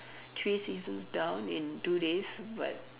three seasons down in two days but